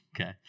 okay